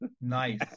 Nice